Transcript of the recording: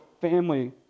family